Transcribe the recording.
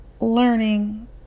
learning